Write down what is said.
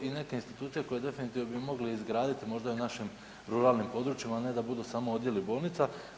I neke institucije koje definitivno bi mogle izgraditi možda i u našim ruralnim područjima, a ne da budu samo odjeli bolnica.